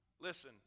Listen